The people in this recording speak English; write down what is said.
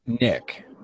Nick